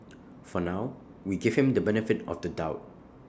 for now we give him the benefit of the doubt